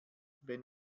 wenn